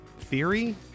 theory